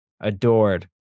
adored